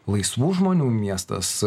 laisvų žmonių miestas